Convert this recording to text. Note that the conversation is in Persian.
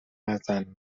مزن